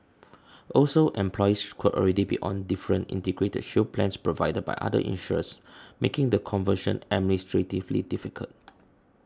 also employees could already be on different Integrated Shield plans provided by other insurers making the conversion administratively difficult